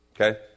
okay